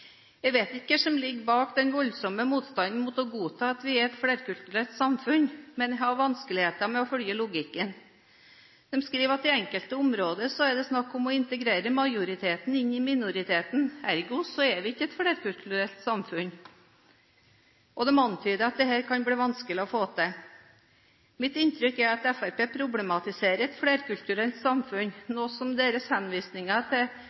Jeg vet ikke hva som ligger bak den voldsomme motstanden mot å godta at vi er et flerkulturelt samfunn, men jeg har vanskeligheter med å følge logikken. De skriver at det i enkelte områder er snakk om «å integrere en majoritet inn i en minoritet», ergo er vi ikke et flerkulturelt samfunn. De antyder at dette kan bli vanskelig å få til. Mitt inntrykk er at Fremskrittspartiet problematiserer et flerkulturelt samfunn, noe som deres henvisninger til